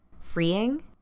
freeing